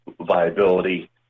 viability